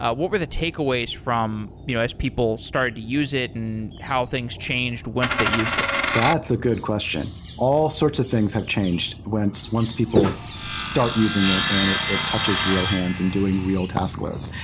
ah what were the takeaways you know as people started to use it and how things changed once they used it? that's a good question. all sorts of things have changed once once people start using it and it it touches real hands and doing real task loads.